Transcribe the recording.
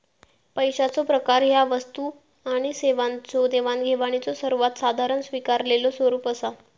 पैशाचो प्रकार ह्या वस्तू आणि सेवांच्यो देवाणघेवाणीचो सर्वात साधारण स्वीकारलेलो स्वरूप असा